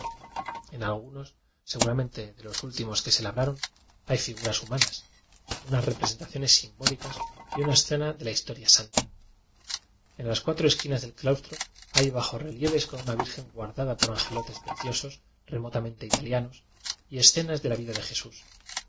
algunos seguramente de los últimos que se labraron hay figuras humanas anas representaciones simbólicas y una es cena de la historia santa en las cuatro es quinas del claustro hay bajo relieves con una virgen guardada por angelotes precio sos remotamente italianos y escenas de la vida de jesús